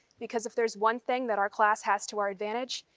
because if there's one thing that our class has to our advantage,